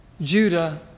judah